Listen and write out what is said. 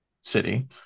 city